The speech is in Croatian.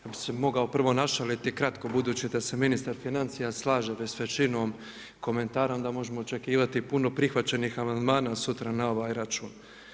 Ja bi se mogao prvo našaliti kratko budući da se ministar financija slaže sa većinom komentara onda možemo očekivati puno prihvaćenih amandmana sutra na ovaj račun.